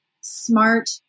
smart